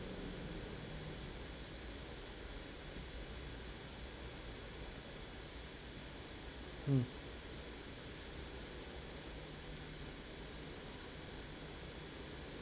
mm